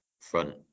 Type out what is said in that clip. front